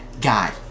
guy